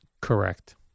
Correct